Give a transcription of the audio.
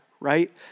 Right